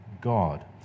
God